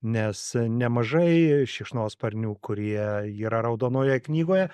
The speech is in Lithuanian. nes nemažai šikšnosparnių kurie yra raudonoje knygoje